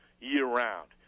year-round